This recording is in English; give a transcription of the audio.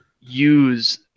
use